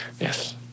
Yes